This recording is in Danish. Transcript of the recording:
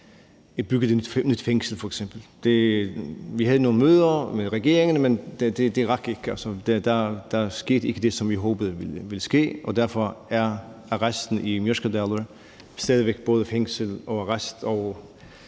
fik bygget et nyt fængsel f.eks. Vi havde nogle møder med regeringen, men det rakte ikke, og der skete ikke det, som vi håbede ville ske, og derfor er arresten i Mørkedal stadig væk både fængsel og arrest